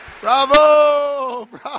Bravo